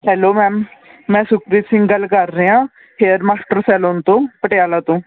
hello ma'am ਮੈਂ ਸੁਖਪ੍ਰੀਤ ਸਿੰਘ ਗੱਲ ਕਰ ਰਿਹਾ ਹੇਅਰ ਮਾਸਟਰ ਸੈਲੂਨ ਤੋਂ ਪਟਿਆਲਾ ਤੋਂ